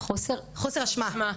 חוסר אשמה.